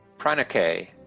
pranikay,